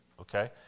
Okay